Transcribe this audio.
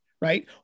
right